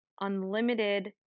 unlimited